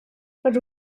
rydw